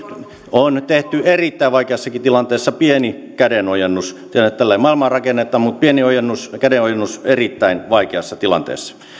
on tehty erittäin vaikeassakin tilanteessa pieni kädenojennus tiedän että tällä ei maailmaa rakenneta mutta pieni kädenojennus erittäin vaikeassa tilanteessa